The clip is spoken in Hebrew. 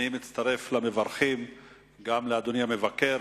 אני מצטרף למברכים את אדוני המבקר,